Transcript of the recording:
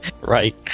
Right